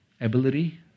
Ability